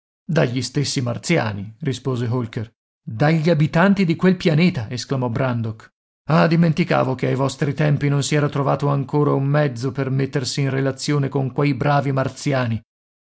dagli stessi martiani rispose holker dagli abitanti di quel pianeta esclamò brandok ah dimenticavo che ai vostri tempi non si era trovato ancora un mezzo per mettersi in relazione con quei bravi martiani